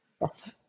Yes